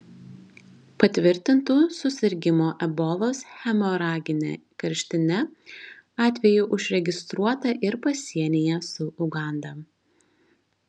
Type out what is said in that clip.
patvirtintų susirgimo ebolos hemoragine karštine atvejų užregistruota ir pasienyje su uganda